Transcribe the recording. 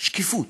שקיפות,